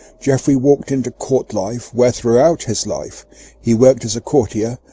geoffrey walked into court life, where throughout his life he worked as a courtier,